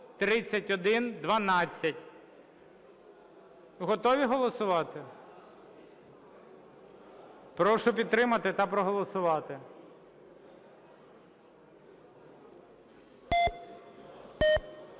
Готові голосувати? Прошу підтримати та проголосувати.